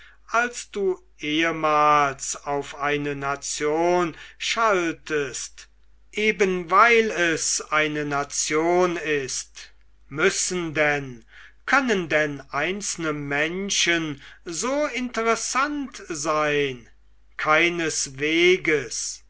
als du ehemals auf eine nation schaltest eben weil es eine nation ist müssen denn können denn einzelne menschen so interessant sein keinesweges